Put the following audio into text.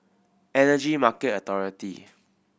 Energy Market Authority